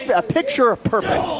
ah picture perfect.